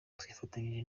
twifatanyije